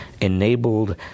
enabled